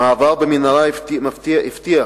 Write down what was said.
המעבר במנהרה הבטיח